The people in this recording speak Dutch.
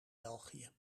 belgië